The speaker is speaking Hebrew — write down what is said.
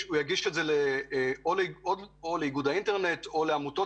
סביר להניח שהוא יגיש את התלונה לאיגוד האינטרנט או לעמותות